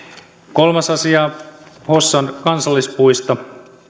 kolmas asia hossan kansallispuisto